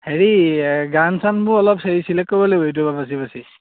হেৰি গান চানবোৰ অলপ হেৰি ছিলেক্ট কৰিব লাগিব ইটোপৰা বাছি বাছি